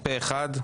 פה אחד.